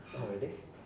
ah really